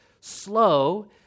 slow